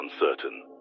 uncertain